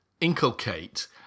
inculcate